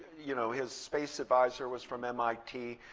you know his space advisor was from mit.